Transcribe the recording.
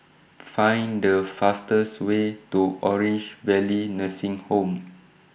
Find The fastest Way to Orange Valley Nursing Home